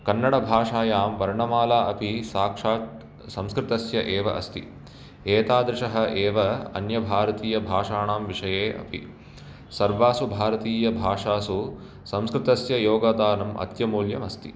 कन्नडभाषायां वर्णमाला अपि साक्षात् संस्कृतस्य एव अस्ति एतादृशः एव अन्य भारतीय भाषाणां विषये अपि सर्वासु भारतीय भाषासु संस्कृतस्य योगदानम् अत्यमूल्यम् अस्ति